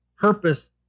purpose